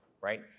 right